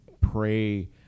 pray